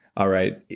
all right,